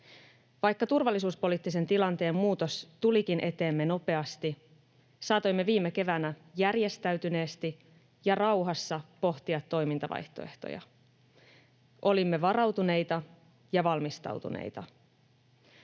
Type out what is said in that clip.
Vaikka turvallisuuspoliittisen tilanteen muutos tulikin eteemme nopeasti, saatoimme viime keväänä järjestäytyneesti ja rauhassa pohtia toimintavaihtoehtoja. Olimme varautuneita ja valmistautuneita.